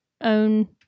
own